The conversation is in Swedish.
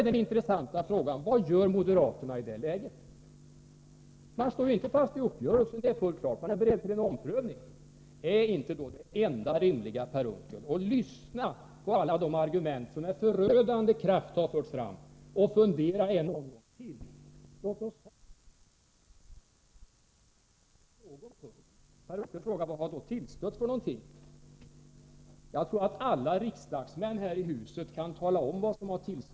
Den intressanta frågan är: Vad gör moderaterna i det läget? Det är fullt klart att ni inte står fast vid uppgörelsen. Ni är beredda till omprövning. Är då inte det enda rimliga, Per Unckel, att lyssna på alla de argument som med förödande kraft har förts fram och fundera i en omgång till? Låt oss ta ett resonemang i utskottet och se om vi kan göra upp på någon punkt. Per Unckel frågar: Vad har tillstött? Jag tror att alla riksdagsmän här i huset kan tala om vad som har tillstött.